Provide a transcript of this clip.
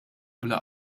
bla